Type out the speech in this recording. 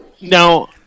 Now